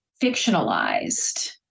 fictionalized